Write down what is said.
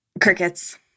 Crickets